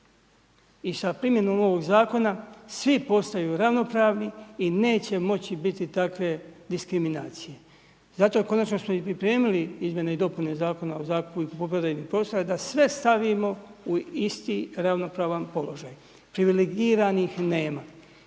I sa primjenom ovoga zakona svi postaju ravnopravni i neće moći biti takve diskriminacije. Zato konačno smo i pripremili izmjene i dopune Zakona o zakupu i kupoprodajnim poslovima da sve stavimo u isti ravnopravan položaj. Privilegiranih nema.